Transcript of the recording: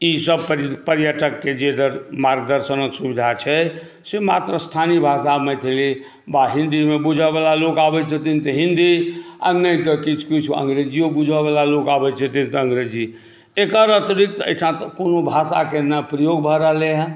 ईसभ पर्यटकके जे मार्गदर्शनक सुविधा छै से मात्र स्थानीय भाषा मैथिली वा हिन्दीमे बुझयवला लोक आबैत छथिन तऽ हिन्दी आ नहि तऽ किछु किछु अङ्ग्रेजिओ बुझयवला लोक आबैत छथिन तऽ अङ्ग्रेज़ी एकर अतिरिक्त एहिठाम कोनो भाषाके ने प्रयोग भऽ रहलै हेँ